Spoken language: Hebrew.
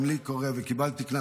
גם לי קורה, וקיבלתי קנס.